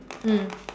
mm